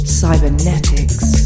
cybernetics